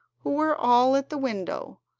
who were all at the window,